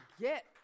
get